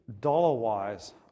dollar-wise